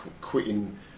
quitting